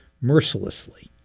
mercilessly